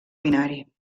binari